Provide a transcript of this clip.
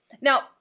Now